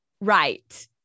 right